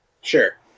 Sure